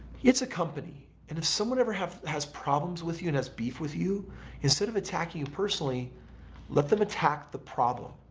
it's a company and if someone ever has problems with you and has beef with you instead of attacking you personally let them attack the problem.